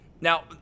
Now